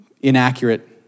inaccurate